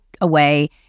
away